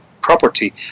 property